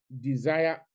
desire